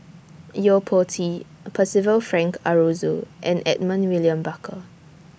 Yo Po Tee Percival Frank Aroozoo and Edmund William Barker